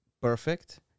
perfect